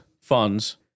funds